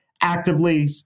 actively